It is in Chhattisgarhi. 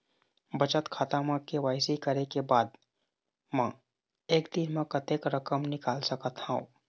बचत खाता म के.वाई.सी करे के बाद म एक दिन म कतेक रकम निकाल सकत हव?